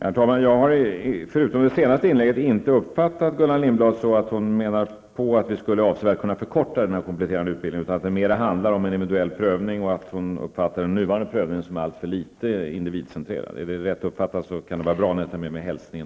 Herr talman! Förutom det senaste inlägget har jag inte uppfattat Gullan Lindblad på det sättet att hon menar att vi avsevärt skulle kunna förkorta den här utbildningen, utan att det mera handlar om en eventuell prövning och att hon uppfattar den nuvarande prövningen som alltför litet individcentrerad. Är detta rätt uppfattat? Det kan vara bra att veta det när jag tar med mig hälsningen.